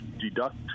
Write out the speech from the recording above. deduct